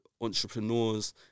entrepreneurs